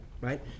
right